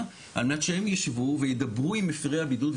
על מנת שהם ישבו וידברו עם מפירי הבידוד,